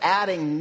adding